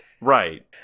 Right